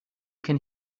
can